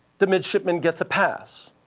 the midshipman gets a pass.